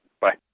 bye